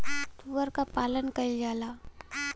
सूअर क पालन कइल जाला